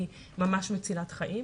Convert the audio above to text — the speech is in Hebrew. הן ממש מצילות חיים.